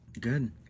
Good